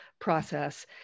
process